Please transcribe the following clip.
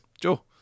Joe